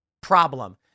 problem